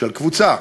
של קבוצה,